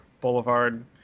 Boulevard